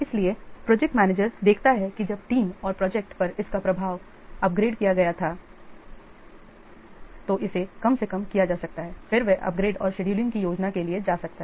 इसलिए project manager देखता है कि जब टीम और प्रोजेक्ट पर इस का प्रभाव अपग्रेड किया गया था तो इसे कम से कम किया जा सकता है फिर वह अपग्रेड और शेड्यूलिंग की योजना के लिए जा सकता है